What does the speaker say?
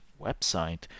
website